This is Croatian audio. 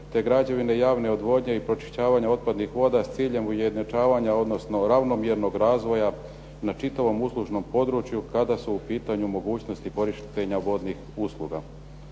te građevine javne odvodnje i pročišćavanja otpadnih voda s ciljem ujednačavanja, odnosno ravnomjernog razvoja na čitavo uslužnom području kada su u pitanju mogućnosti korištenja vodnih usluga.